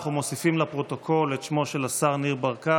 ואנחנו מוסיפים לפרוטוקול את שמו של השר ניר ברקת.